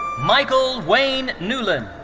michael wayne newlin.